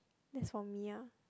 that's for me ah